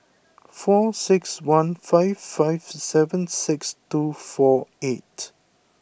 four six one five five seven six two four eight